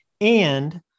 And-